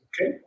Okay